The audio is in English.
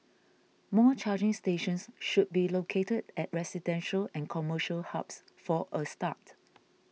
more charging stations should be located at residential and commercial hubs for a start